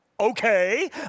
Okay